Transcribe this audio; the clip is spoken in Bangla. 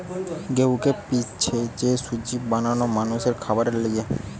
গেহুকে পিষে যে সুজি বানানো মানুষের খাবারের লিগে